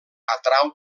atrau